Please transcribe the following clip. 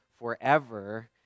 forever